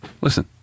Listen